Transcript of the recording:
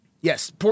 Yes